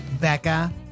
Becca